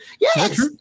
yes